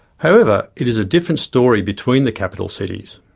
however, it is a different story between the capital cities.